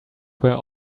were